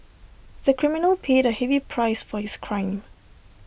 the criminal paid A heavy price for his crime